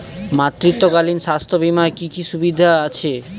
মাতৃত্বকালীন স্বাস্থ্য বীমার কি কি সুবিধে আছে?